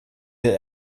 der